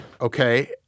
Okay